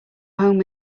home